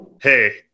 hey